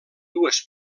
dues